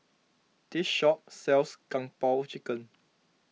this shop sells Kung Po Chicken